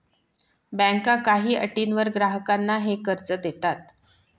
बँका काही अटींवर ग्राहकांना हे कर्ज देतात